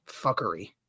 fuckery